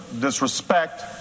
disrespect